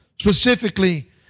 specifically